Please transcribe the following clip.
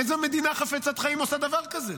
איזו מדינה חפצת חיים עושה דבר כזה?